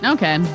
Okay